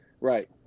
Right